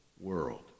world